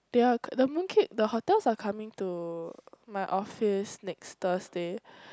their the mooncake the hotels are coming to my office next Thursday